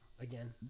again